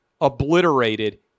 obliterated